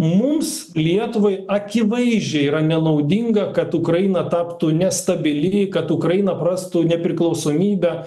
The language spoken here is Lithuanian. mums lietuvai akivaizdžiai yra nenaudinga kad ukraina taptų nestabili kad ukraina prarastų nepriklausomybę